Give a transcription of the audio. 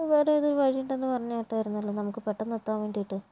വേറെ ഏതോ വഴി ഉണ്ടെന്ന് പറഞ്ഞു കേട്ടായിരുന്നല്ലോ നമുക്ക് പെട്ടെന്ന് എത്താൻ വേണ്ടിയിട്ട്